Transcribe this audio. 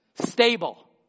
Stable